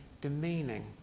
demeaning